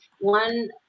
one